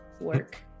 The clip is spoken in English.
work